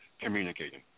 communicating